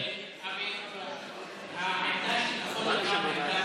שר המשפטים ניסנקורן.